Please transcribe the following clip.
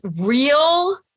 real